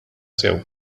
sew